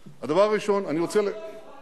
בעולם, שהמספרים הגדולים